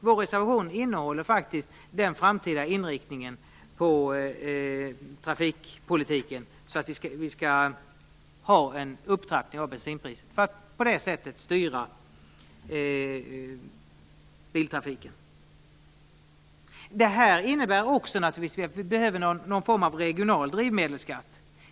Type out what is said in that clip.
Vår reservation innehåller den framtida inriktningen på trafikpolitiken. Vi vill ha en upptrappning av bensinpriset för att på det sättet kunna styra biltrafiken. Det här innebär naturligtvis också att det behövs någon form av regional drivmedelsskatt.